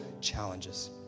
challenges